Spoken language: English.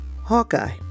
Hawkeye